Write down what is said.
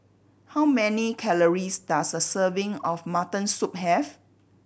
how many calories does a serving of mutton soup have